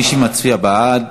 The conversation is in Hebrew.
מי שמצביע בעד,